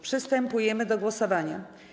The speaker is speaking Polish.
Przystępujemy do głosowania.